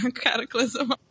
Cataclysm